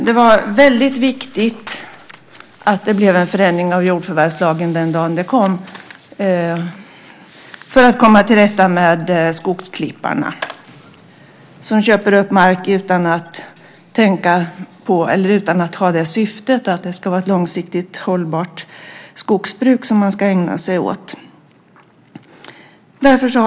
Det var väldigt viktigt att det blev en förändring av jordförvärvslagen den dagen den kom för att komma till rätta med skogsklipparna, som köper upp mark utan att ha syftet att det ska vara ett långsiktigt hållbart skogsbruk som man ska ägna sig åt.